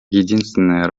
единственная